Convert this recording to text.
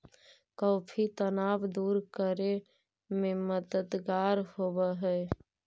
coffee तनाव दूर करे में मददगार होवऽ हई